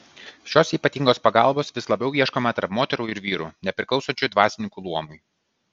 šios ypatingos pagalbos vis labiau ieškoma tarp moterų ir vyrų nepriklausančių dvasininkų luomui